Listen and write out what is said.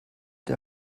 der